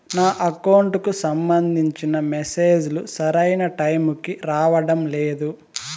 నా అకౌంట్ కు సంబంధించిన మెసేజ్ లు సరైన టైము కి రావడం లేదు